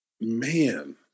man